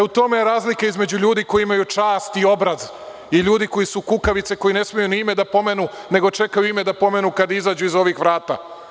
E u tome je razlika između ljudi koji imaju čast i obraz i ljudi koji su kukavice koji ne smeju ni ime da pomenu nego čekaju ime da pomenu kada izađu iza ovih vrata.